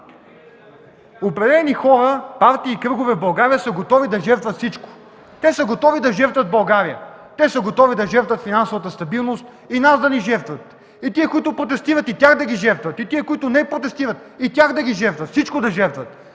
определени хора, партии и кръгове в България са готови да жертват всичко. Те са готови да жертват България. Те са готови да жертват финансовата стабилност и нас да ни жертват. И тези, които протестират – и тях да ги жертват! И тези, които не протестират – и тях да жертват. Всичко да жертват.